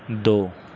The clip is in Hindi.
दो